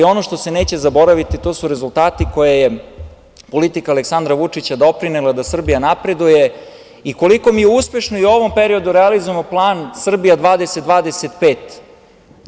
Ono što se neće zaboraviti to su rezultati koje je politika Aleksandra Vučića doprinela da Srbija napreduje i koliko mi uspešno i u ovom periodu realizujemo plan Srbija 20-25.